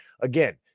Again